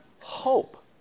hope